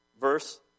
Verse